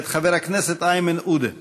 מאת חבר הכנסת איימן עודה.